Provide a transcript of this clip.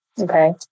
okay